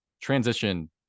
transition